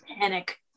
panic